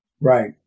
right